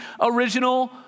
original